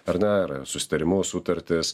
ar ne ar susitarimu sutartis